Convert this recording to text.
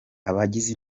abagize